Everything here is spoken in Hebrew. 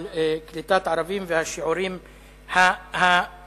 על קליטת ערבים והשיעורים שמבטאים,